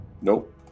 Nope